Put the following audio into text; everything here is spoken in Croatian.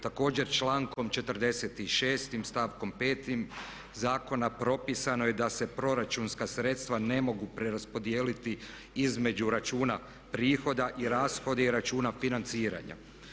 Također, člankom 46. stavkom 5. zakona propisano je da se proračunska sredstva ne mogu preraspodijeliti između računa prihoda i rashoda i računa financiranja.